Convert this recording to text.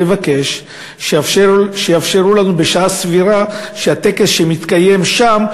לבקש שיאפשרו לנו להשתתף בשעה סבירה כשהטקס מתקיים שם,